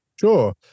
Sure